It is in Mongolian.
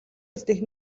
үлдээх